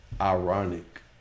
ironic